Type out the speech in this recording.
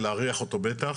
ולהריח אותו בטח.